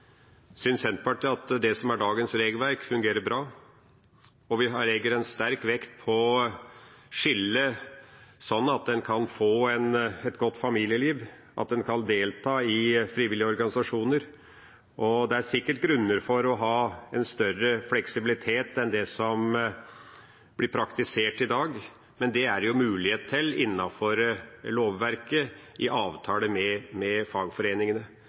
Senterpartiet at det som er dagens regelverk, fungerer bra. Vi legger sterk vekt på å skille her – så en kan få et godt familieliv, at en kan delta i frivillige organisasjoner. Det er sikkert grunner for å ha en større fleksibilitet enn det som blir praktisert i dag, men det er det jo mulighet til innenfor lovverket, i avtale med fagforeningene.